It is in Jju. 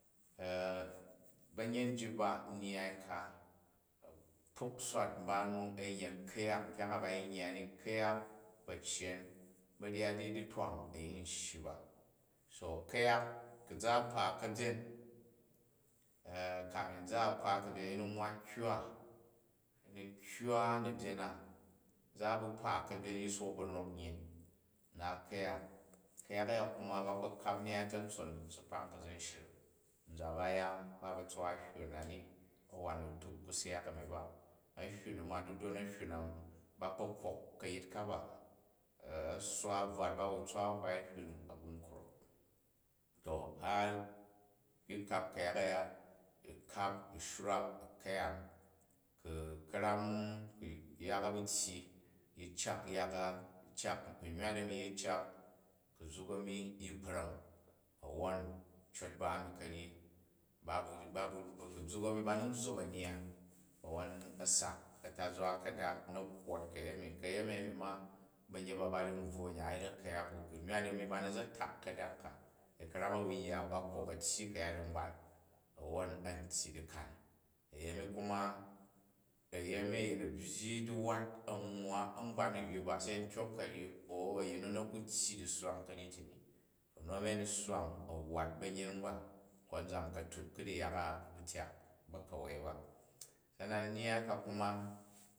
ba̱yet iyit ba nnyyai ka a̱kpok swat mba nu, a̱yin yet ku̱yak, kyang a ba yin yya ni ku̱yak ba̱cyera, banyat ditwang a yin shyi ba. so ku̱yak ku za kpa kabyen kairu za u kpa kabyem yi ni nwwa dikywa, yi ni kywa na̱bigen na, ku za bu kpa kabyen yi sook bonok nyin, nnat kuyak, ku̱yat a̱ya kuma, ba kpo kap nyyat a̱ta̱ntsen, a si kpang ka̱za̱n shring. A̱nza ba ya? Baba̱ tswa a̱hywu a̱ nat i, a̱ wa dituk ku syak a̱ni ba. A̱hywu mi ma didon a̱hywu na ma, ba kpo kok ka̱git ka ba, a̱ siswa a̱ bvat ba tswa a̱hwai ahywu nu a̱bu n krok. To har yi kap ku̱yak a̱ya, u̱kap u̱ shwrap, u̱ ku̱yang, ku ka̱ram, ku̱ yak a bu tyyi, yi cak yak a u cak, ku̱ uywat a̱ni yi cak ku zuk a̱ni yi kprom, a̱wwon u̱ col ba mi kanji, ba bu, ku zuk a̱mi ba ni n zzop a̱myan, a̱wwon a̱ sak a̱n tazwa ka̱dak na kwot ka̱yem. Ka̱yemi a̱mi ma, baryet ba, bar ru̱ u bvwo a̱nyan a̱ yet aku̱yak u ku nywat a̱nni bani za̱ tak u ka̱dak ka, ku ka̱ram a̱ bu yya ba kok a̱tyyi ka̱yat angban a̱wwon a̱n tyyi dikan, a̱yemi kuma, a̱yemi, ayin a̱ byyi diwat a nwwa a̱ngbau a̱ywu ba se antyok karyi a̱u a̱yin mi, na̱ ku tyyi disswang ka̱ryi ti mi to nu a̱mi a̱ni sswang a̱ wwat ba̱nyring ba, konzan katuk ka̱da̱ yak a u bw tyak ba̱ka̱wa̱i ba, sa'anan nnyai ka kuma.